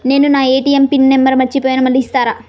నేను నా ATM pin number మర్చిపోయాను మళ్ళీ ఇస్తారా?